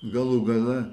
galų gale